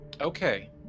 okay